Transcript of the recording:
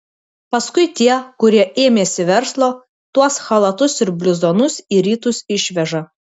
paskui tie kurie ėmėsi verslo tuos chalatus ir bliuzonus į rytus išveža